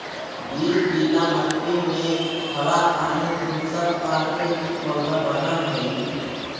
बीज गीला मट्टी में हवा पानी धूप सब पाके ही पौधा बनऽ हइ